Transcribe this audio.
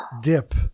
dip